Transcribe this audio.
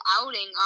outing